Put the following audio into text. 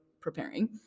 preparing